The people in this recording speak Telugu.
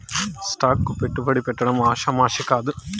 స్టాక్ కు పెట్టుబడి పెట్టడం ఆషామాషీ కాదు